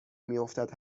میافتد